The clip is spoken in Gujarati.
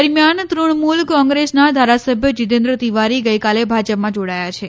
દરમિયાન તૃણમૂલ કોંગ્રેસના ધારાસભ્ય જીતેન્દ્ર તિવારી ગઇકાલે ભાજપમાં જોડાયા છે